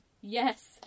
Yes